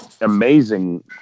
amazing